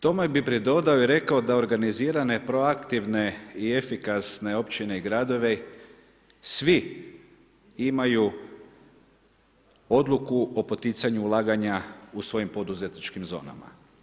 Tomu bih pridodao i rekao da organizirane proaktivne i efikasne općine i gradovi, svi imaju odluku o poticanju ulaganja u svojim poduzetničkim zonama.